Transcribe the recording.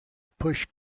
pushed